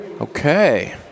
Okay